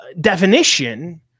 definition